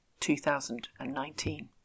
2019